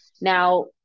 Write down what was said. Now